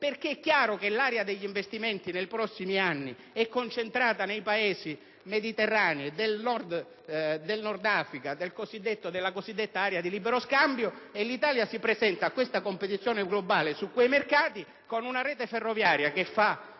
che, mentre l'area degli investimenti nei prossimi anni è concentrata nei Paesi mediterranei del Nord Africa, nella cosiddetta area di libero scambio, l'Italia si presenta a questa competizione globale su quei mercati con una rete ferroviaria che fa